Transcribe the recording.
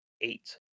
eight